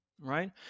right